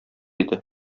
иде